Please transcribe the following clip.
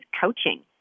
coaching